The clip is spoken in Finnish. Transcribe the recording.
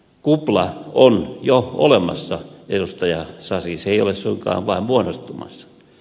kupla on jo olemassa edustaja sasi se ei ole suinkaan vain muodostumassa